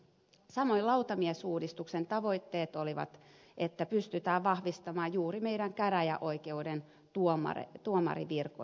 samoin lautamiesuudistuksen tavoitteena oli että pystytään vahvistamaan juuri meidän käräjäoikeuksiemme tuomarinvirkoja